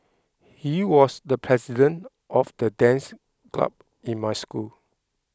he was the president of the dance club in my school